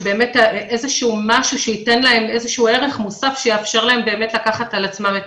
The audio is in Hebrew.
איזה שהוא משהו שייתן להם ערך מוסף שיאפשר להם לקחת על עצמם את